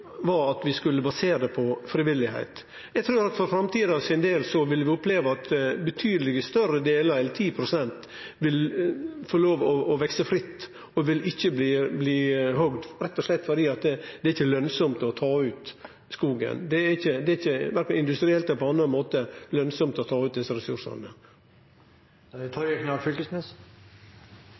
framtida vil oppleve at betydeleg større delar enn 10 pst. vil få vekse fritt og ikkje bli hogde, rett og slett fordi det ikkje er lønsamt å ta ut skogen – det er verken industrielt eller på annan måte lønsamt å ta ut desse ressursane.